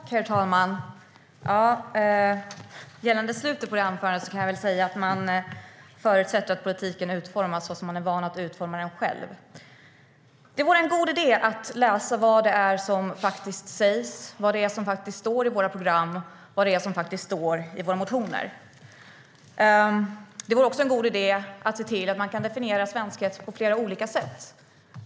Herr talman! Gällande slutet på anförandet kan jag säga att man förutsätter att politiken utformas så som man är van att utforma den själv. Det vore en god idé att läsa vad det är som faktiskt står i våra program och motioner. Det vore också en god idé att se till att man kan definiera svenskhet på flera olika sätt.